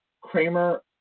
Kramer